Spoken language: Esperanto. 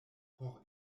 por